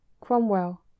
Cromwell